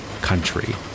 country